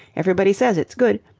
everybody says it's good.